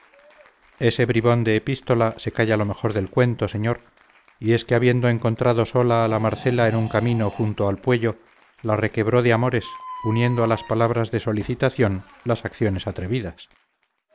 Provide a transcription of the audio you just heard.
este bribón de epístola se calla lo mejor del cuento señor y es que habiendo encontrado sola a la marcela en un camino junto al pueyo la requebró de amores uniendo a las palabras de solicitación las acciones atrevidas